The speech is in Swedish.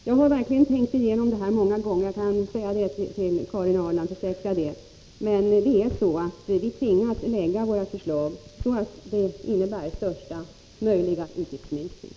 Jag har verkligen tänkt igenom den här frågan många gånger — det kan jag försäkra Karin Ahrland. Men vi tvingas att lägga våra förslag så att de innebär största möjliga utgiftsminskning.